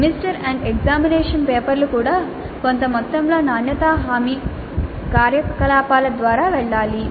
semester end examination పేపర్లు కూడా కొంత మొత్తంలో నాణ్యతా హామీ కార్యకలాపాల ద్వారా వెళ్ళాలి